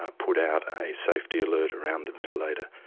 ah put out a safety alert around the ventilator,